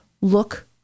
look